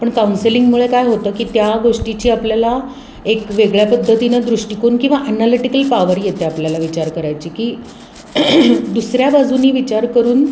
पण काउन्सिलिंगमुळे काय होतं की त्या गोष्टीची आपल्याला एक वेगळ्या पद्धतीनं दृष्टीकोन किंवा ॲनालिटिकल पॉवर येते आपल्याला विचार करायची की दुसऱ्या बाजूने विचार करून